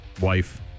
wife